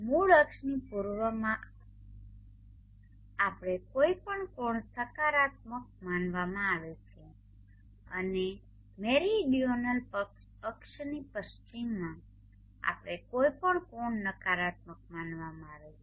મૂળ અક્ષની પૂર્વમાં આપણો કોઈપણ કોણ સકારાત્મક માનવામાં આવે છે અને મેરીડિઓનલ અક્ષની પશ્ચિમમાં આપણો કોઈપણ કોણ નકારાત્મક માનવામાં આવે છે